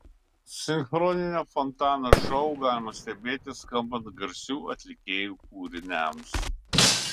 sinchroninio fontano šou galima stebėti skambant garsių atlikėjų kūriniams